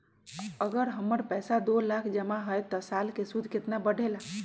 अगर हमर पैसा दो लाख जमा है त साल के सूद केतना बढेला?